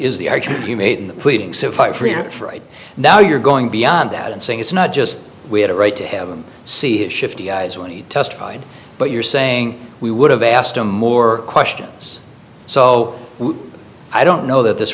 is the argument you made in the pleading so fight for right now you're going beyond that and saying it's not just we had a right to have him see it shifty eyes when he testified but you're saying we would have asked him more questions so i don't know that this